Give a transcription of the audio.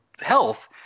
health